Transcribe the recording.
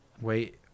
wait